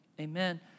Amen